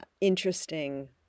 interesting